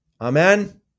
Amen